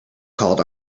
called